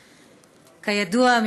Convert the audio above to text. כידוע,